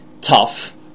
tough